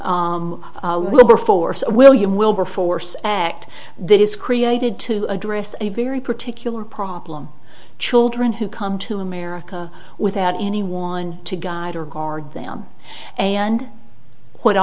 force william wilberforce act that is created to address a very particular problem children who come to america without anyone to guide or guard them and